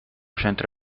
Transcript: centro